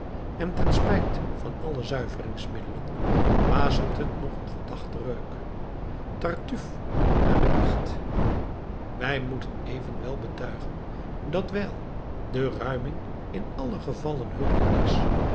en ten spijt van alle zuiveringsmiddelen wasemt het nog een verdachten reuk tartuffe na de biecht wij moeten evenwel betuigen dat wijl de ruiming in allen geval een hulde is